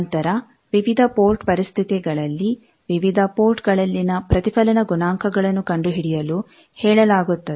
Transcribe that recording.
ನಂತರ ವಿವಿಧ ಪೋರ್ಟ್ ಪರಿಸ್ಥಿತಿಗಳಲ್ಲಿ ವಿವಿಧ ಪೋರ್ಟ್ಗಳಲ್ಲಿನ ಪ್ರತಿಫಲನ ಗುಣಾಂಕಗಳನ್ನು ಕಂಡುಹಿಡಿಯಲು ಹೇಳಲಾಗುತ್ತದೆ